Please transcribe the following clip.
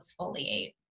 exfoliate